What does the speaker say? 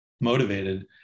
motivated